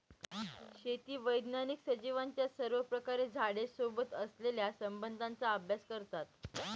शेती वैज्ञानिक सजीवांचा सर्वप्रकारे झाडे सोबत असलेल्या संबंधाचा अभ्यास करतात